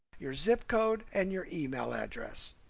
your zip code and your email address.